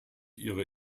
ihre